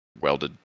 welded